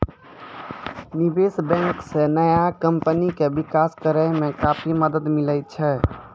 निबेश बेंक से नया कमपनी के बिकास करेय मे काफी मदद मिले छै